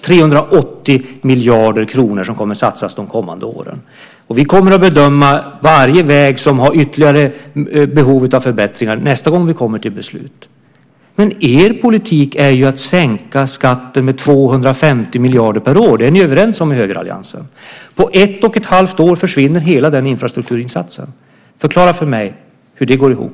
380 miljarder kronor kommer att satsas de kommande åren. Vi kommer att bedöma varje väg som har ytterligare behov av förbättringar nästa gång vi kommer till beslut. Men er politik är ju att sänka skatten med 250 miljarder per år. Det är ni överens om i högeralliansen. På ett och ett halvt år försvinner hela den infrastrukturinsatsen. Förklara för mig hur det går ihop.